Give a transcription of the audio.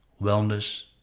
wellness